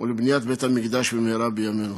ולבניית בית-המקדש במהרה בימינו.